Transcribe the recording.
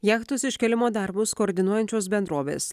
jachtos iškėlimo darbus koordinuojančios bendrovės